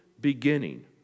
beginning